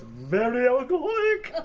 very alcoholic!